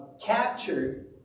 captured